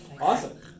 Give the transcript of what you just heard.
Awesome